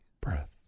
breath